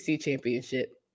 championship